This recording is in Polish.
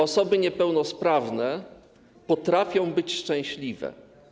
Osoby niepełnosprawne potrafią być szczęśliwe.